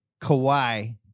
Kawhi